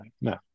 No